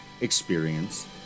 experience